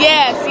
Yes